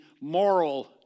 moral